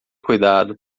cuidado